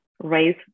Raise